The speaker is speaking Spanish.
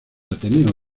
ateneo